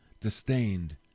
disdained